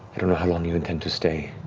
i don't know how long you intend to stay.